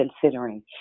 considering